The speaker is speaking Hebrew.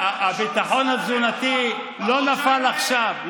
הביטחון התזונתי לא נפל עכשיו,